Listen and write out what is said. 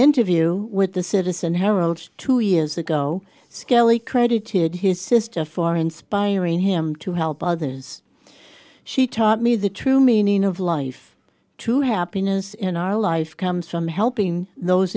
interview with the citizen herald two years ago skelly credited his sister for inspiring him to help others she taught me the true meaning of life true happiness in our life comes from helping those